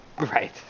Right